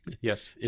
Yes